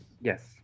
Yes